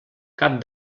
cap